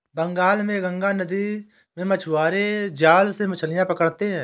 बंगाल में गंगा नदी में मछुआरे जाल से मछलियां पकड़ते हैं